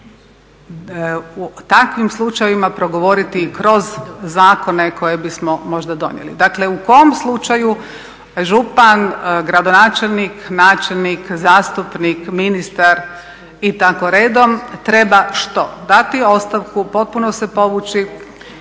u takvim slučajevima progovoriti kroz zakone koje bismo možda donijeli. Dakle u kom slučaju župan, gradonačelnik, načelnik, zastupnik, ministar i tako redom treba što, dati ostavku, potpuno se povući,